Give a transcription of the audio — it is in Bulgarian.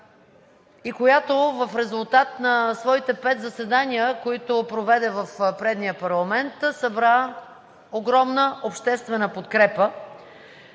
и която в резултат на своите пет заседания, които проведе в предния парламент, събра огромна обществена подкрепа.